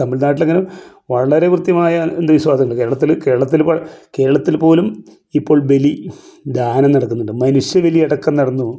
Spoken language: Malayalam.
തമിഴ് നാട്ടിലെങ്ങാനും വളരെ കൃത്യമായ അന്ധവിശ്വാസം ഉണ്ട് കേരളത്തിൽ കേരളത്തിലിപ്പം കേരളത്തിൽ പോലും ഇപ്പം ബലി ദാനം നടക്കുന്നുണ്ട് മനുഷ്യബലി അടക്കം നടന്നു